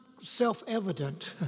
self-evident